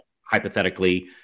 hypothetically